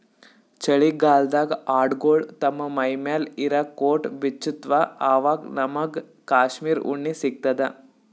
ಚಳಿಗಾಲ್ಡಾಗ್ ಆಡ್ಗೊಳು ತಮ್ಮ್ ಮೈಮ್ಯಾಲ್ ಇರಾ ಕೋಟ್ ಬಿಚ್ಚತ್ತ್ವಆವಾಗ್ ನಮ್ಮಗ್ ಕಾಶ್ಮೀರ್ ಉಣ್ಣಿ ಸಿಗ್ತದ